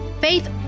faith